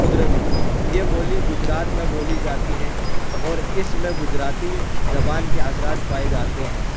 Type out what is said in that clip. خود روی یہ بولی گجرات میں بولی جاتی ہے اور اس میں گجراتی زبان کے اثرات پائے جاتے ہیں